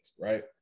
right